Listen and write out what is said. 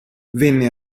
venne